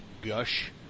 Gush